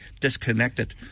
disconnected